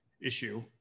issue